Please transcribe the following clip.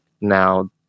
Now